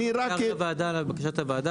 אני רק --- לבקשת הוועדה,